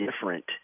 different –